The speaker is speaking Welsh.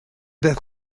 beth